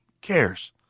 cares